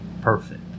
perfect